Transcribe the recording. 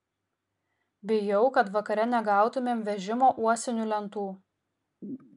bijau kad vakare negautumėm vežimo uosinių lentų